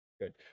Good